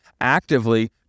actively